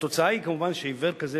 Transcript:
והתוצאה היא כמובן שעיוור כזה,